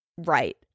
right